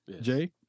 Jay